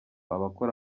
abakora